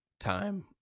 time